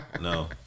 no